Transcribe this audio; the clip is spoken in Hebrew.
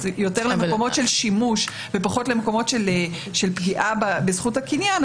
יותר למקומות של שימוש ופחות למקומות של פגיעה בזכות הקניין,